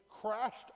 crashed